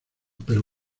pero